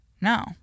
No